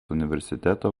universiteto